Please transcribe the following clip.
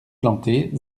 plantées